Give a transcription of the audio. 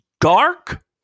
dark